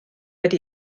wedi